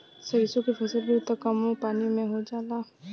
सरिसो के फसल भी त कमो पानी में हो जाला